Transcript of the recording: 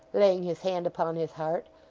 laying his hand upon his heart.